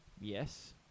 Yes